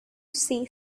see